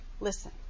Listen